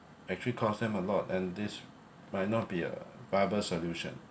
actually cost them a lot and this might not be a viable solution